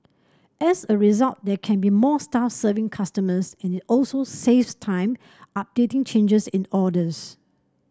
as a result there can be more staff serving customers and it also saves time updating changes in orders